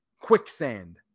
quicksand